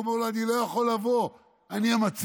הוא אומר לו: אני לא יכול לבוא, אני המציל.